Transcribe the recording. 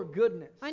goodness